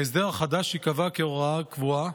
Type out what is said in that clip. ההסדר החדש ייקבע כהוראה קבועה,